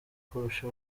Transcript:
kurusha